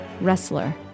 wrestler